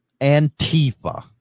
antifa